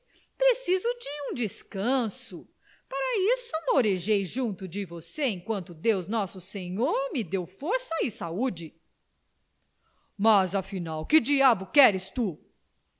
preciso de um descanso para isso mourejei junto de você enquanto deus nosso senhor me deu força e saúde mas afinal que diabo queres tu